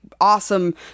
awesome